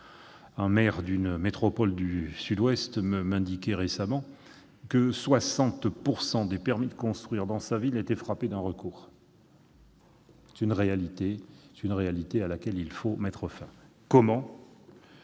Un maire d'une métropole du sud-ouest m'indiquait récemment que 60 % des permis de construire dans sa ville étaient frappés d'un recours. C'est une réalité à laquelle il faut mettre fin ! Comment ?